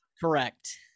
Correct